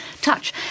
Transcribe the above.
touch